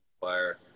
fire